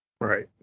right